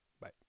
Bye